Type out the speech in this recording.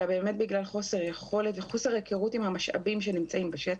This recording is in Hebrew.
אלא באמת בגלל חוסר יכולת וחוסר הכרות עם המשאבים שנמצאים בשטח.